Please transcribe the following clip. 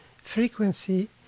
Frequency